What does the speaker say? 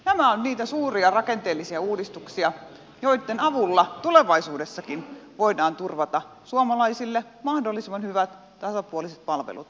nämä ovat niitä suuria rakenteellisia uudistuksia joitten avulla tulevaisuudessakin voidaan turvata suomalaisille mahdollisimman hyvät tasapuoliset palvelut ympäriinsä